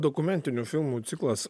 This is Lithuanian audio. dokumentinių filmų ciklas